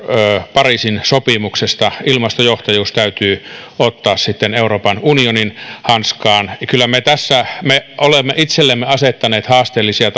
pariisin sopimuksesta ilmastojohtajuus täytyy ottaa euroopan unionin hanskaan kyllä me tässä olemme itsellemme asettaneet haasteellisia